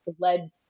led